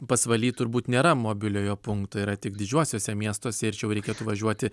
pasvaly turbūt nėra mobiliojo punkto yra tik didžiuosiuose miestuose ir čia jau reikėtų važiuoti